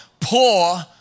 poor